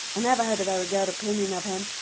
i never had a very good opinion of him,